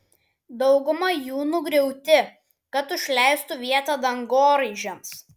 dauguma jų nugriauti kad užleistų vietą dangoraižiams